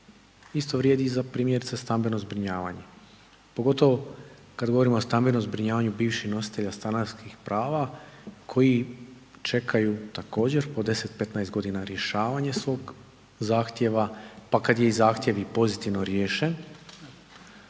isto vrijedi i za primjerice stambeno zbrinjavanje, pogotovo kada govorimo o stambenom zbrinjavanju bivših nositelja stanarskih prava koji čekaju također po 10, 15 godina rješavanje svog zahtjeva, pa kada je zahtjev i pozitivno riješen